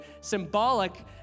symbolic